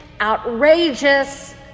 outrageous